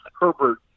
Herbert